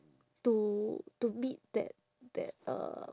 to to meet that that uh